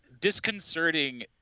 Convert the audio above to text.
Disconcerting